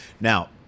Now